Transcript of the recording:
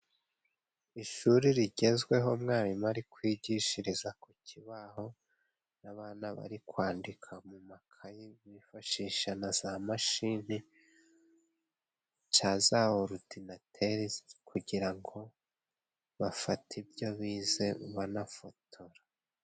Ishuri rigezweho mwarimu ari kwigishiriza ku kibaho, n'abana bari kwandika mu makayi bifashisha na za mashini cyangwa zaworudinateri kugira ngo bafate ibyo bize banafotora.